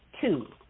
Two